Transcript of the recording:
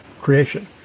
Creation